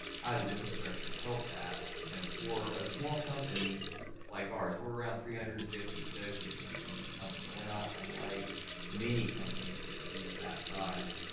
how does infrastructure help that, you know, for a small company like ours. we're around three hundred and fifty associates in a company. and we're not unlike many companies that would be of that size.